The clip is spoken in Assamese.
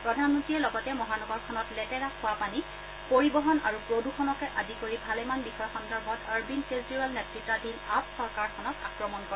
প্ৰধানমন্ত্ৰীয়ে লগতে মহানগৰখনত লেটেৰা খোৱাপানী পৰিবহন আৰু প্ৰদ্যণকে আদি কৰি ভালেমান বিষয় সন্দৰ্ভত অৰবিন্দ কেজ্ৰিৱাল নেত়তাধীন আপ চৰকাৰখনক আক্ৰমণ কৰে